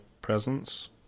presence